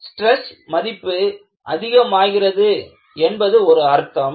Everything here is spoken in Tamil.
ஸ்ட்ரெஸ் மதிப்பு அதிகமாகிறது என்பது ஒரு அர்த்தம்